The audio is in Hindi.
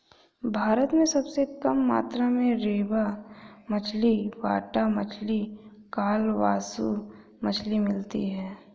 भारत में सबसे कम मात्रा में रेबा मछली, बाटा मछली, कालबासु मछली मिलती है